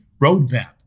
roadmap